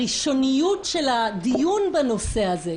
הראשוניות של הדיון בנושא הזה,